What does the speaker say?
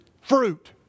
fruit